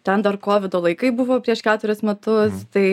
ten dar kovido laikai buvo prieš keturis metus tai